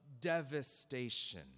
devastation